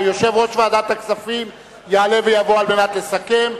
יושב-ראש ועדת הכספים יעלה ויבוא על מנת לסכם.